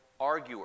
arguer